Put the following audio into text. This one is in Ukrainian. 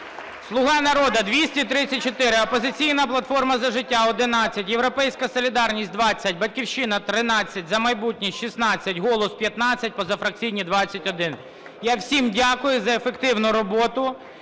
"Слуга народу" – 234, "Опозиційна платформа – За життя" – 11, "Європейська солідарність" – 20, "Батьківщина" – 13, "За майбутнє" – 16, "Голос" – 15, позафракційні – 21. Я всім дякую за ефективну роботу.